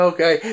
Okay